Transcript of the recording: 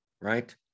right